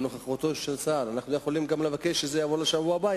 אנחנו יכולים גם לבקש שזה יעבור לשבוע הבא,